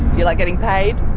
you like getting paid?